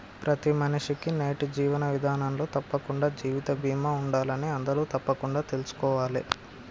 ప్రతి మనిషికీ నేటి జీవన విధానంలో తప్పకుండా జీవిత బీమా ఉండాలని అందరూ తప్పకుండా తెల్సుకోవాలే